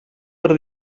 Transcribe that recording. per